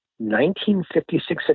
1956